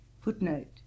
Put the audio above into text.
Footnote